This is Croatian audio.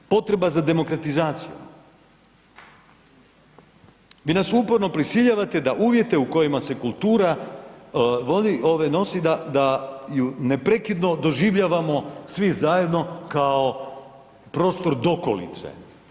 Potreba za demokratizacijom, vi nas uporno prisiljavate da uvjete u kojima se kultura voli ovaj nosi da, da ju neprekidno doživljavamo svi zajedno kao prostor dokolice.